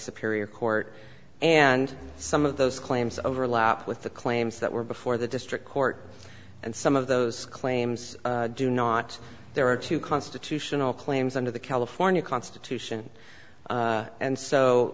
superior court and some of those claims overlap with the claims that were before the district court and some of those claims do not there are two constitutional claims under the california constitution and so